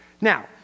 Now